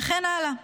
וכן הלאה.